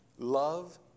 Love